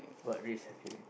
what risk have you